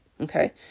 Okay